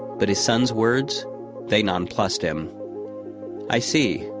but his son's words they nonplussed him i see,